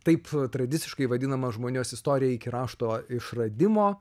taip tradiciškai vadinama žmonijos istorija iki rašto išradimo